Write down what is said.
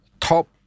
top